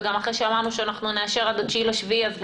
וגם אחרי שאמרנו שאנחנו נאשר עד 9 ביולי אז בכלל,